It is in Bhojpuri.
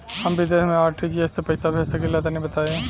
हम विदेस मे आर.टी.जी.एस से पईसा भेज सकिला तनि बताई?